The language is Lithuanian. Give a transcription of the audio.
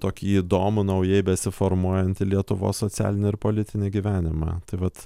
tokį įdomų naujai besiformuojantį lietuvos socialinį ir politinį gyvenimą tai vat